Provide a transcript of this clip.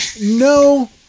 no